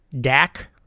Dak